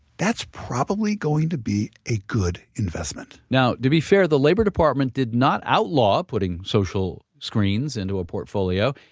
that's probably going to be a good investment now, to be fair the labor department did not outlaw putting social screens into a portfolio.